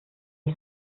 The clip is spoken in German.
ich